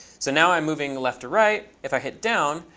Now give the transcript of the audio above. so, now, i'm moving left or right. if i hit down,